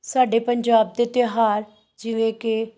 ਸਾਡੇ ਪੰਜਾਬ ਦੇ ਤਿਉਹਾਰ ਜਿਵੇਂ ਕਿ